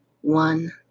one